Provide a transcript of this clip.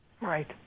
Right